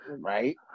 Right